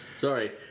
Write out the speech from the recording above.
Sorry